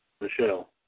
Michelle